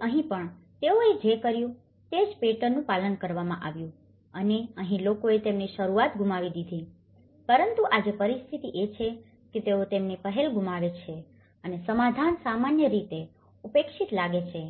તેથી અહીં પણ તેઓએ જે કર્યું તે જ પેટર્નનું પાલન કરવામાં આવ્યું હતું અને અહીં લોકોએ તેમની શરૂઆત ગુમાવી દીધી છે પરંતુ આજે પરિસ્થિતિ એ છે કે તેઓ તેમની પહેલ ગુમાવે છે અને સમાધાન સામાન્ય રીતે ઉપેક્ષિત લાગે છે